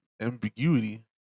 ambiguity